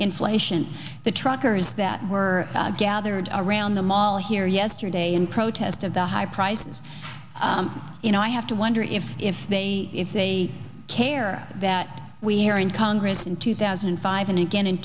inflation the truckers that were gathered around the mall here yesterday in protest of the high prices you know i have to wonder if if they if they care that we here in congress in two thousand and five and again in